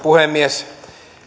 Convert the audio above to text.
puhemies